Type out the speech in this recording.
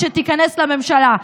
כשתיכנס לממשלה,